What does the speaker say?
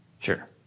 Sure